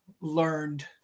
learned